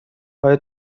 آیا